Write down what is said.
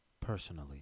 personally